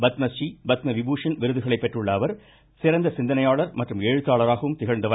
பத்மறீ பத்ம விபூஷண் விருதுகளை பெற்றுள்ள அவர் சிறந்த சிந்தனையாளர் மற்றும் எழுத்தாளராகவும் திகழ்ந்தவர்